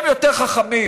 הם יותר חכמים,